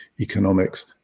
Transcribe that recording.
economics